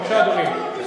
בבקשה, אדוני,